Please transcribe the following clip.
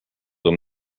him